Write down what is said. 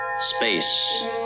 Space